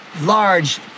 large